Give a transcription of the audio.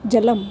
जलम्